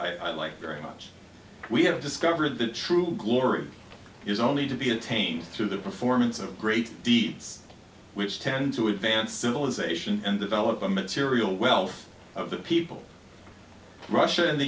as i like very much we have discovered the true glory is only to be attained through the performance of great deeds which tend to advance civilization and develop a material wealth of the people russia and the